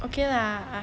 okay lah